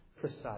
precise